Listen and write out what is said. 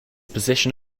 position